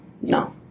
no